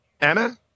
Anna